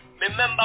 Remember